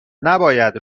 نباید